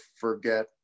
forget